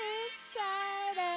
inside